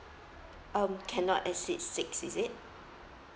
um cannot exceed six is it